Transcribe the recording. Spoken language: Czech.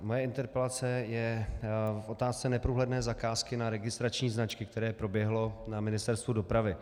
Moje interpelace je k otázce neprůhledné zakázky na registrační značky, které proběhlo na Ministerstvu dopravy.